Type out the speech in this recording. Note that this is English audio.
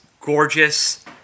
gorgeous